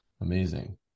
amazing